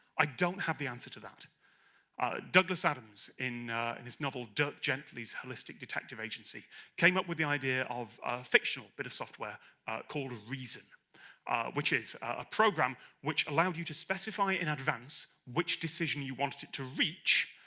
i don't have the answer to that douglas adams, in in his novel dirk gently's holistic detective agency came up with the idea of a fictional bit of software called reason which is a program which allows you to specify in advance which decision you wanted to reach,